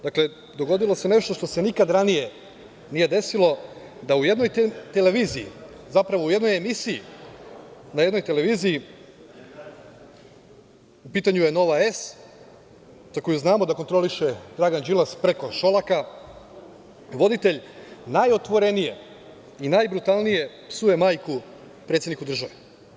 Dogodilo se nešto što se nikad ranije nije desilo, da u jednoj emisiji na jednoj televiziji, u pitanju je „Nova S“ za koju znamo da je kontroliše Dragan Đilas preko Šolaka, voditelj najotvorenije i najbrutalnije psuje majku predsedniku države.